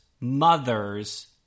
mother's